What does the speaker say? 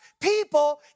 people